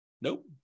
Nope